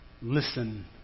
Listen